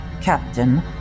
Captain